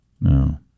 No